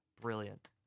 brilliant